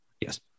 yes